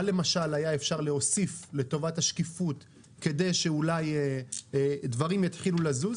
מה למשל היה אפשר להוסיף לטובת השקיפות כדי שאולי דברים יתחילו לזוז,